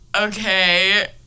okay